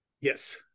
yes